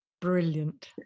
Brilliant